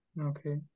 Okay